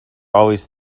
always